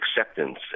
acceptance